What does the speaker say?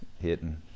Hitting